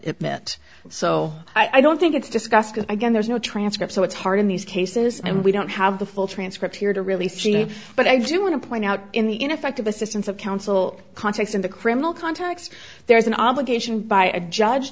it meant so i don't think it's discussed again there's no transcript so it's hard in these cases and we don't have the full transcript here to really see it but i do want to point out in the ineffective assistance of counsel contacts in the criminal contacts there is an obligation by a judge